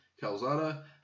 Calzada